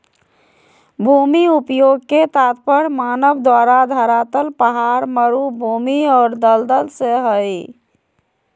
भूमि उपयोग के तात्पर्य मानव द्वारा धरातल पहाड़, मरू भूमि और दलदल से हइ